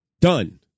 Done